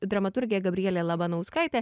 štai dramaturgė gabrielė labanauskaitė